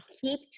keep